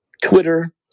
Twitter